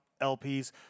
LPs